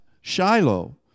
Shiloh